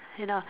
you know